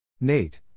Nate